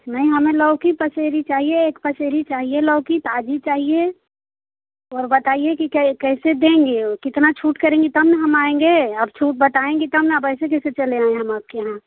नहीं हमें लौकी पसेरी चाहिए एक पसेरी चाहिए लौकी ताज़ा चाहिए और बताइए कि कै कैसे देंगे कितना छूट करेंगी तब न हम आएँगे अब छूट बताएँगी तब न अब ऐसे कैसे चले आएँ हम आपके यहाँ